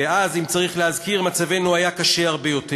ואז, אם צריך להזכיר, מצבנו היה קשה הרבה יותר,